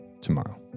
tomorrow